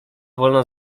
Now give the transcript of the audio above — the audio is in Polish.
wolna